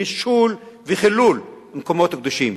נישול וחילול מקומות קדושים.